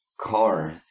car